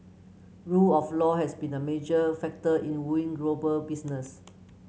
rule of law has been a major factor in wooing business